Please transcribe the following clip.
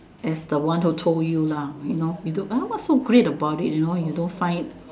as the one who told you lah you know you took [huh] what's so great about it you know you don't find